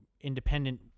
independent